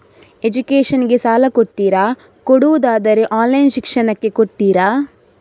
Education ಗೆ ಸಾಲ ಕೊಡ್ತೀರಾ, ಕೊಡುವುದಾದರೆ ಆನ್ಲೈನ್ ಶಿಕ್ಷಣಕ್ಕೆ ಕೊಡ್ತೀರಾ?